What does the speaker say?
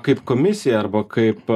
kaip komisija arba kaip